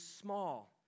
small